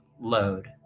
load